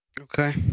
Okay